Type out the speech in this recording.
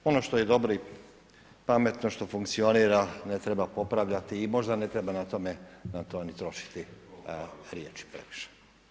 Ono što je i dobro i pametno, što funkcionira ne treba popravljati i možda ne treba na tome trošiti riječi previše.